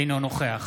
אינו נוכח